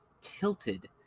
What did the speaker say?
tilted